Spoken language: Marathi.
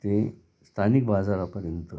ते स्थानिक बाजारापर्यंत